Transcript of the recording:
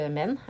men